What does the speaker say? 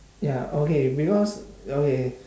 ya okay because okay